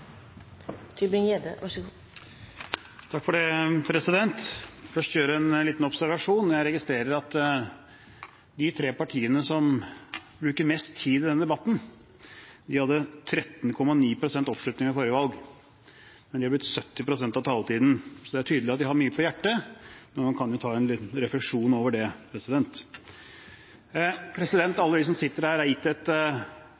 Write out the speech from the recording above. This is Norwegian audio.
først gjøre en liten observasjon. Jeg registrerer at de tre partiene som bruker mest tid i denne debatten, hadde 13,9 pst. oppslutning ved forrige valg, men de har brukt 70 pst. av taletiden. Så det er tydelig at de har mye på hjertet, men man kan jo gjøre seg en liten refleksjon over det. Alle vi som sitter